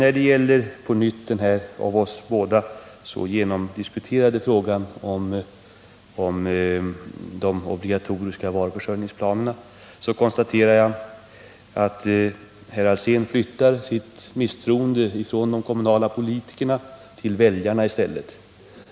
När det gäller den av oss båda så genomdiskuterade frågan om de obligatoriska varuförsörjningsplanerna konstaterar jag att herr Alsén flyttar sitt misstroende från de kommunala politikerna till väljarna.